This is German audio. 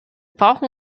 brauchen